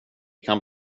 kan